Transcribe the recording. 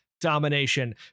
domination